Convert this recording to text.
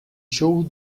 show